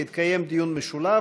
ויתקיים דיון משולב,